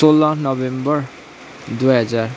सोह्र नोभेम्बर दुई हजार